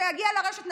כשיגיע לרשת,